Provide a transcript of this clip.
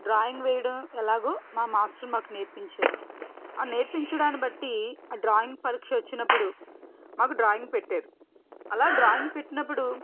drawing వేయడం ఎలాగో మా మాస్టర్ మాకు నేర్పించారు ఆ నేర్పించడాన్ని బట్టి ఆ డ్రాయింగ్ పరీక్ష వచ్చినప్పుడు మాకు డ్రాయింగ్ పెట్టారు అలా డ్రాయింగ్ పెట్టినప్పుడు